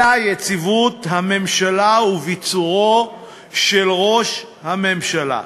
אלא יציבות הממשלה וביצורו של ראש הממשלה.